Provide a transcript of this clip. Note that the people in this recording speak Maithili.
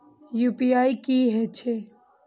यू.पी.आई की हेछे?